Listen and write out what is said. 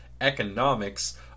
economics